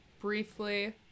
briefly